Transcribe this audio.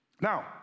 Now